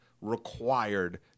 required